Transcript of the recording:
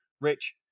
Rich